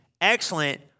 excellent